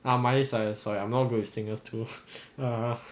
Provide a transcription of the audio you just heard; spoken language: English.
ah miley cyrus sorry I'm not good with singers too